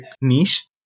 niche